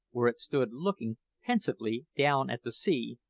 where it stood looking pensively down at the sea,